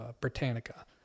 Britannica